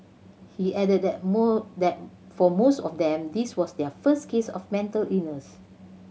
he added that more that for most of them this was their first case of mental illness